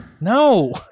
No